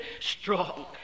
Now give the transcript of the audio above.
strong